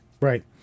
Right